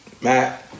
Matt